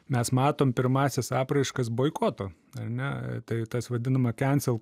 mes matom pirmąsias apraiškas boikoto ar ne tai tas vadinama kensel